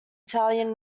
italian